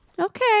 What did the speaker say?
Okay